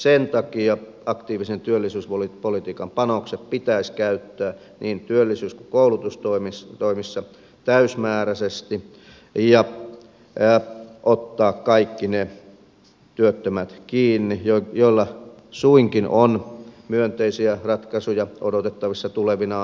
sen takia aktiivisen työllisyyspolitiikan panokset pitäisi käyttää niin työllisyys kuin koulutustoimissa täysimääräisesti ja ottaa kiinni kaikki ne työttömät joilla suinkin on myönteisiä ratkaisuja odotettavissa tulevina aikoina